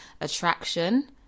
attraction